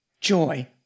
Joy